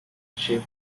she